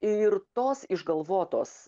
ir tos išgalvotos